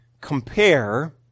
compare